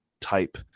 type